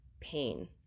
pain